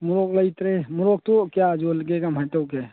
ꯃꯣꯔꯣꯛ ꯂꯩꯇ꯭ꯔꯦ ꯃꯣꯔꯣꯛꯇꯨ ꯀꯌꯥ ꯌꯣꯜꯂꯤꯒꯦ ꯀꯃꯥꯏꯅ ꯇꯧꯒꯦ